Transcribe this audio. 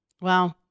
Wow